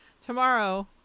tomorrow